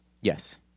Yes